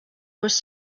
was